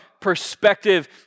perspective